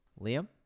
Liam